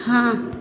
हाँ